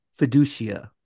Fiducia